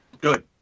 Good